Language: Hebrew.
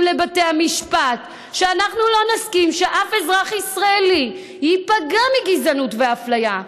לבתי המשפט שאנחנו לא נסכים שאף אזרח ישראלי ייפגע מגזענות ואפליה.